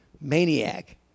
Maniac